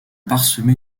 parsemé